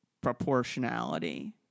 proportionality